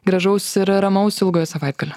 gražaus ir ramaus ilgojo savaitgalio